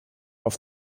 auf